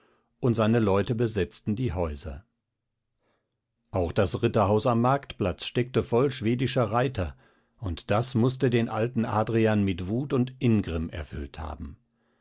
und seine leute besetzten die häuser auch das ritterhaus am marktplatz steckte voll schwedischer reiter und das mußte den alten adrian mit wut und ingrimm erfüllt haben